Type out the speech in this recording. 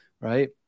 right